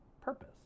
purpose